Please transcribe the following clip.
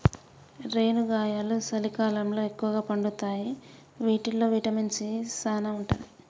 రేనుగాయలు సలికాలంలో ఎక్కుగా పండుతాయి వీటిల్లో విటమిన్ సీ సానా ఉంటది